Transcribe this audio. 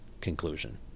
conclusion